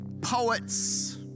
poets